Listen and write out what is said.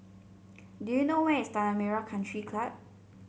do you know where is Tanah Merah Country Club